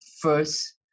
first